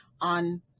on